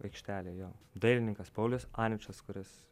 aikštelę jo dailininkas paulius aničas kuris